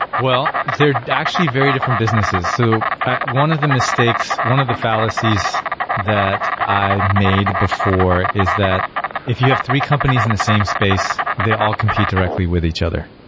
well, they're actually very different businesses. so ah one of the mistakes, one of the fallacies that i made before is that if you have three companies in the same space, they all compete directly with each other,